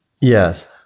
Yes